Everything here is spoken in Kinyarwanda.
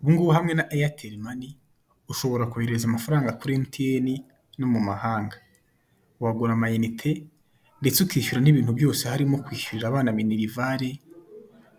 Ubungubu hamwe na Airtel money ushobora kohereza amafaranga kuri MTN no mu mahanga, wagura amayinite, ndetse ukishyura n'ibintu byose harimo kwishyurira abana minerivare,